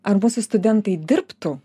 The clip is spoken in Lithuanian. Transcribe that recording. ar mūsų studentai dirbtų